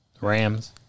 Rams